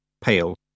pale